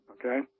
okay